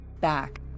back